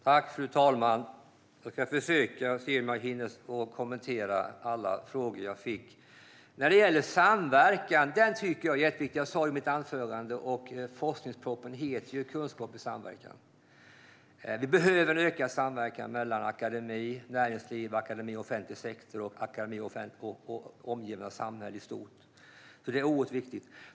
Fru talman! Jag ska försöka svara, och vi får se om jag hinner kommentera alla frågor jag fick. När det gäller samverkan talade jag om det i mitt anförande, och forskningspropositionen heter Kunskap i samverkan - för samhällets utmaning ar och stärkt konkurrenskraft . Vi behöver en ökad samverkan mellan akademi och näringsliv, akademi och offentlig sektor och akademi och det omgivande samhället i stort. Det är oerhört viktigt.